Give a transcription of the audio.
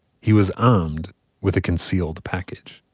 he was armed with a concealed package